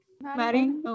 Maddie